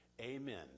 amen